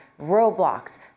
Roblox